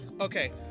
Okay